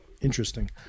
Interesting